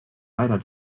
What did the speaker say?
beider